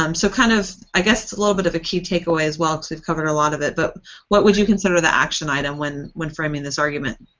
um so, kind of, i guess it's a little bit of a key take away as well, because we've covered a lot of it. but what would you consider the action item when when framing this argument?